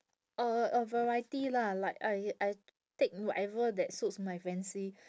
uh a variety lah like I I take whatever that suits my fancy